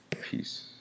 peace